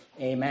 Amen